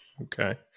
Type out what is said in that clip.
Okay